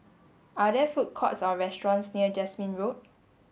are there food courts or restaurants near Jasmine Road